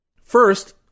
First